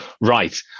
right